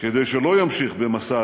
כדי שלא ימשיך במסע הדקירות,